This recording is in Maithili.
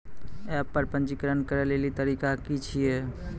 एप्प पर पंजीकरण करै लेली तरीका की छियै?